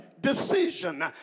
decision